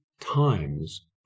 times